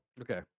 Okay